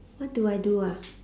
what do I do ah